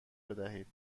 بدهید